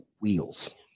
wheels